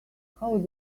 how